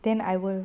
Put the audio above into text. then I will